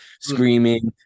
screaming